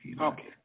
Okay